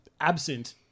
absent